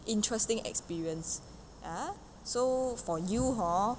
interesting experience ya so for you hor